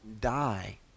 die